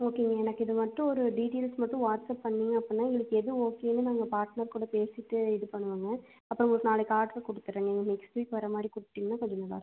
ஓகேங்க எனக்கு இது மட்டும் ஒரு டீட்டெயில்ஸ் மட்டும் வாட்ஸ்அப் பண்ணீங்க அப்பிடின்னா எங்களுக்கு எது ஓகேன்னு நாங்கள் பாட்னர் கூட பேசிவிட்டு இது பண்ணுவோங்க அப்புறம் உங்களுக்கு நாளைக்கு ஆட்ரு கொடுத்துறேங்க எனக்கு நெக்ஸ்ட் வீக் வர மாதிரி கொடுத்துட்டீங்கனா கொஞ்சம் நல்லாயிருக்கும்